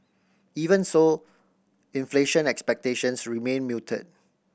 even so inflation expectations remain muted